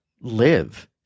live